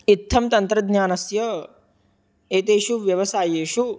इत्थं तन्त्रज्ञानस्य एतेषु व्यवसायेषु